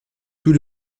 tout